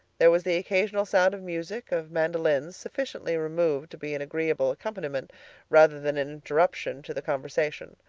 there was the occasional sound of music, of mandolins, sufficiently removed to be an agreeable accompaniment rather than an interruption to the conversation.